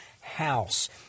house